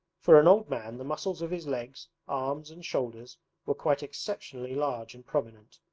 for an old man, the muscles of his legs, arms, and shoulders were quite exceptionally large and prominent.